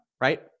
Right